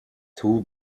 two